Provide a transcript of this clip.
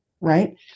right